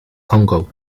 congo